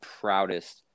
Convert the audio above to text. proudest